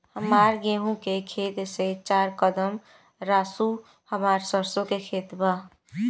हमार गेहू के खेत से चार कदम रासु हमार सरसों के खेत बा